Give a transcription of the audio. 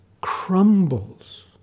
crumbles